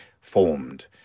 formed